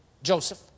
Joseph